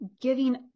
giving